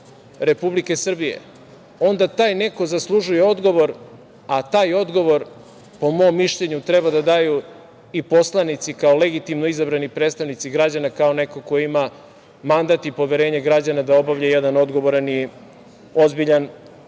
Republike Srbije onda taj neko zaslužuje odgovor, a taj odgovor po mom mišljenju treba da daju i poslanici kao legitimno izabrani predstavnici građana, kao neko ko ima mandat i poverenje građana da obavlja jedan odgovoran i ozbiljan posao. Albanski